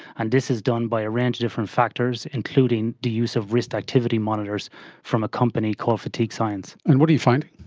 and this is done by a range of different factors, including the use of wrist activity monitors from a company called fatigue science. and what are you finding?